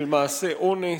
של מעשי אונס,